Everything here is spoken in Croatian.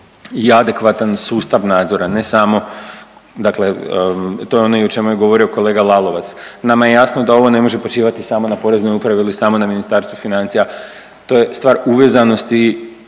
i adekvatan sustav nadzora. Ne samo dakle to je ono i o čemu je govorio kolega Lalovac, nama je jasno da ovo ne može počivati samo na Poreznoj upravi ili samo na Ministarstvu financija to je stvar uvezanosti